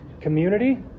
Community